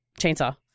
chainsaw